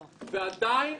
עדיין,